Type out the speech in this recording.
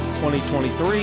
2023